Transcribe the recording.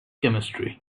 chemistry